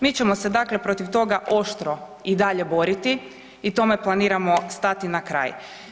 Mi ćemo se dakle protiv toga oštro i dalje boriti i tome planiramo stati na kraj.